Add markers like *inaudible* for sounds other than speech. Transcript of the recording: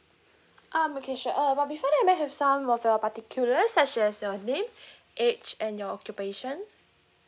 um okay sure uh but before that may I have some of your particulars such as your name *breath* age and your occupation